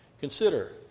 Consider